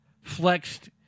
flexed